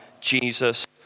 Jesus